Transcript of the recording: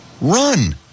Run